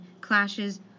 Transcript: clashes